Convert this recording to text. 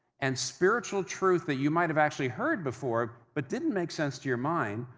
and spiritual truth that you might have actually heard before but didn't make sense to your mind,